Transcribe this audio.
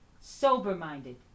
Sober-minded